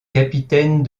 capitaine